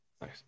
nice